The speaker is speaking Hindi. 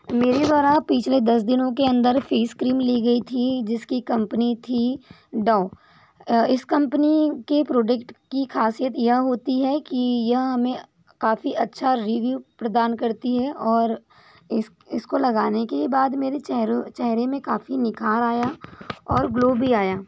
मेरे द्वारा पिछले दस दिनों के अंदर फेस क्रीम ली गई थी जिसकी कंपनी थी डव इस कंपनी के प्रोडक्ट की खासियत यह होती है कि यह हमें काफ़ी अच्छा रिव्यू प्रदान करती हैं और इस इसको लगाने के बाद मेरे चेहरों चेहरे में काफ़ी निखार आया और ग्लो भी आया